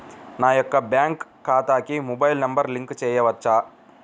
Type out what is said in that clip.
నా యొక్క బ్యాంక్ ఖాతాకి మొబైల్ నంబర్ లింక్ చేయవచ్చా?